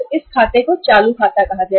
इस खाते को चालू खाता कहते हैं